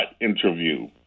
interview